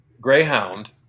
Greyhound